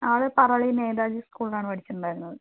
ആ അത് പറളി നേതാജി സ്കൂളിൽ ആണ് പഠിച്ച് ഉണ്ടായിരുന്നത്